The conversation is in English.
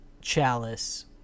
Chalice